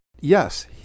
Yes